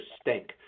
stink